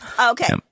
Okay